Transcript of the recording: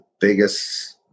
biggest